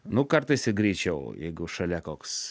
nu kartais i greičiau jeigu šalia koks